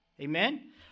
Amen